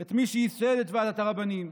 את מי שייסד את ועדת הרבנים,